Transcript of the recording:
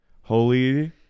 holy